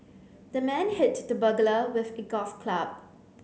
the man hit the burglar with a golf club